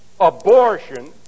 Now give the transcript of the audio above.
abortion